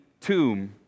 tomb